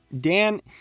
Dan